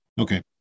Okay